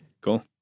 cool